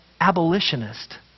abolitionist